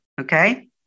okay